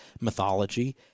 mythology